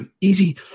easy